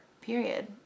period